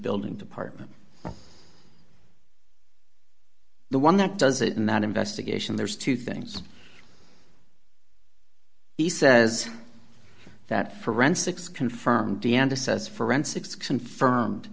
building department the one that does it and that investigation there's two things he says that forensics confirm d n d says forensics confirmed